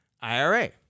IRA